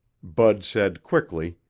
bud said quickly,